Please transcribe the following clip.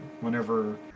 whenever